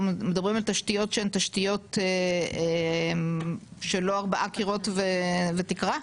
אנחנו מדברים על תשתיות שהם לא ארבע קירות ותקרה?